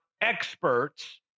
experts